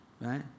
right